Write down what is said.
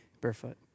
barefoot